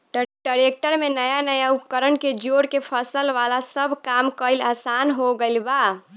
tractor में नया नया उपकरण के जोड़ के फसल वाला सब काम कईल आसान हो गईल बा